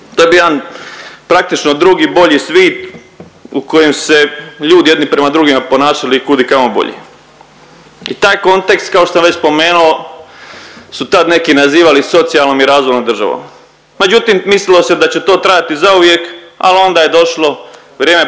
To je bio jedan praktično drugi bolji svit u kojem su se ljudi jedni prema drugima ponašali kud i kamo bolje. I taj kontekst kao što sam već spomenuo su tad neki nazivali socijalnom i razvojnom državnom. Međutim, mislilo se da će to trajati zauvijek ali onda je došlo vrijeme popularnog